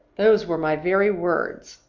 those were my very words.